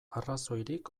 arrazoirik